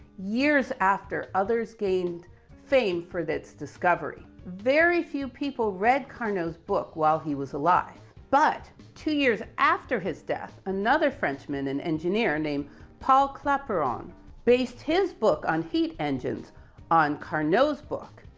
years after others gained fame for this discovery. very few people read carnot's book while he was alive, but two years after his death, another frenchman, an engineer named paul clapeyron based his book on heat engines on carnot's book,